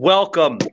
Welcome